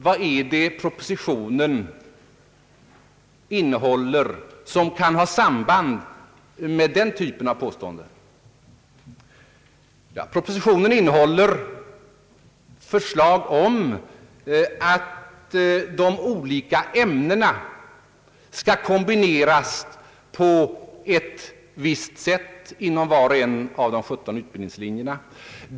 Vad är det propositionen innehåller som kan ha samband med den typen av påståenden? Ja, propositionen innehåller förslag om att de olika ämnena skall kombineras på ett visst sätt inom var och en av de 17 utbildningslinjerna.